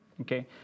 Okay